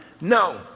No